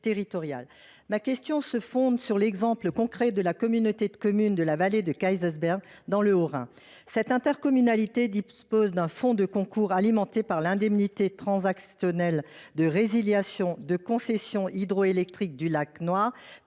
Ma question se fonde sur l’exemple concret de la communauté de communes de la Vallée de Kaysersberg dans le Haut-Rhin. Cette intercommunalité dispose d’un fonds de concours alimenté par l’indemnité transactionnelle de résiliation de la concession hydroélectrique du lac Noir